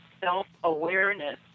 self-awareness